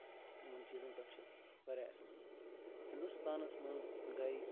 یِمن چیٖزن پٮ۪ٹھ چھُ واریاہ اَثر پیٚوان ہِندُستانس منٛز گٔیٚے